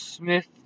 Smith